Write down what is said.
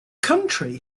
country